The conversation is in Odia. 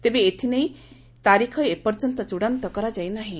ତେବେ ଏଥିନେଇ ତାରିଖ ଏ ପର୍ଯ୍ୟନ୍ତ ଚୃଡ଼ାନ୍ତ କରାଯାଇ ନାହିଁ